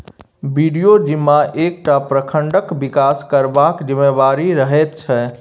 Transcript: BDO जिम्मा एकटा प्रखंडक बिकास करबाक जिम्मेबारी रहैत छै